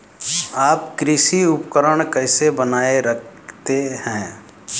आप कृषि उपकरण कैसे बनाए रखते हैं?